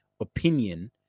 opinion